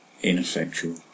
ineffectual